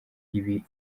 ibi